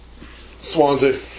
Swansea